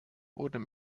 wurden